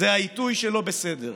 זה העיתוי שלא בסדר,